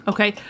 Okay